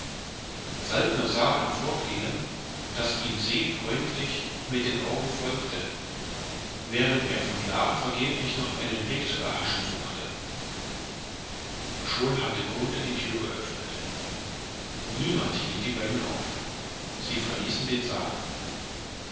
saltner sah im fortgehen daß ihm se freundlich mit den augen folgte während er von la vergeblich noch einen blick zu erhaschen suchte schon hatte grunthe die tür geöffnet niemand hielt die beiden auf sie verließen den saal